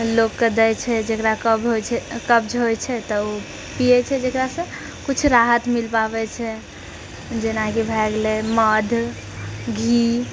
लोककऽ दै छै जेकरा कब्ज होयत छै कब्ज होयत छै तऽ ओ पियैत छै जेकरासँ कुछ राहत मिल पाबैत छै जेनाकि भए गेलय मधु घी